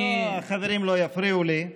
לא, החברים לא יפריעו לי.